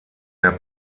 der